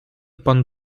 pan